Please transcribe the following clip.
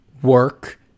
work